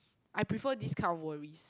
I prefer this kind of worries